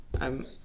I'm-